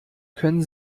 können